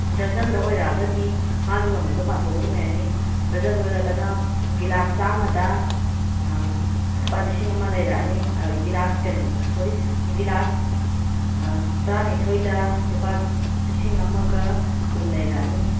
ꯗꯔꯖꯟꯗ ꯑꯣꯏꯔꯛꯑꯒꯗꯤ ꯃꯥꯒꯤ ꯃꯃꯜꯗꯣ ꯄꯥꯊꯣꯛꯑꯒ ꯑꯗꯨꯝ ꯌꯥꯔꯅꯤ ꯗꯔꯖꯟꯗ ꯑꯣꯏꯔꯒꯅ ꯒꯤꯂꯥꯁ ꯆꯥꯝꯃꯗ ꯂꯨꯄꯥ ꯂꯤꯁꯤꯡ ꯑꯃ ꯂꯩꯔꯛꯑꯅꯤ ꯒꯤꯂꯥꯁ ꯀꯩꯅꯣ ꯁꯣꯔꯤ ꯒꯤꯂꯥꯁ ꯇꯔꯥꯅꯤꯊꯣꯏꯗ ꯂꯨꯄꯥ ꯂꯤꯁꯤꯡ ꯑꯃꯒ ꯀꯨꯟ ꯂꯩꯔꯛꯑꯅꯤ